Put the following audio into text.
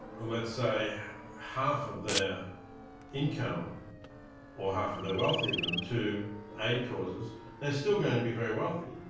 let's say half of their income or half of their wealth even, to aid causes they're still going to be very wealthy,